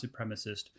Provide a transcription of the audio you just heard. supremacist